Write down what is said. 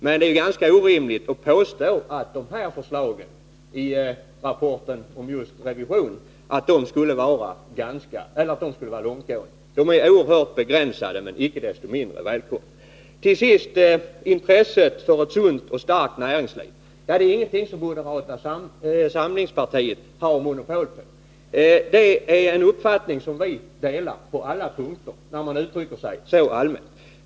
Men det är ganska orimligt att påstå att förslagen i rapporten om just revision skulle vara långtgående. De är i stället oerhört begränsade, men icke desto mindre välkomna. Till sist något beträffande intresset för ett sunt och starkt näringsliv. Ja, det är ingenting som moderata samlingspartiet har monopol på. Det är en uppfattning som vi, när den uttrycks så allmänt, på alla punkter delar.